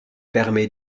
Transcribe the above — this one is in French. permet